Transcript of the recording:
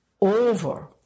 over